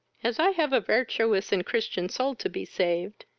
as i have a vartuous and christian soul to be saved,